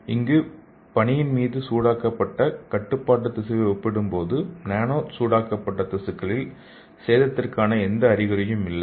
இங்கு பணியின் மீது சூடாக்கப்பட்ட கட்டுப்பாட்டு திசுவை ஒப்பிடும்போது நேனோ சூடாக்கப்பட்ட திசுக்களில் சேதத்திற்கான எந்த அறிகுறியும் இல்லை